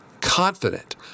confident